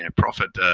and profit,